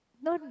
not